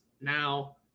now